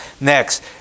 Next